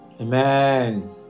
Amen